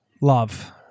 love